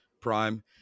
prime